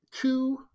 Two